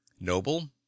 Noble